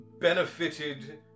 benefited